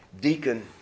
deacon